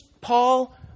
Paul